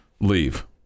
leave